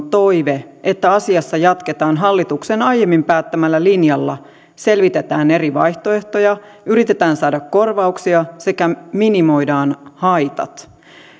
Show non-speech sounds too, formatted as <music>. <unintelligible> toive että asiassa jatketaan hallituksen aiemmin päättämällä linjalla selvitetään eri vaihtoehtoja yritetään saada korvauksia sekä minimoidaan haitat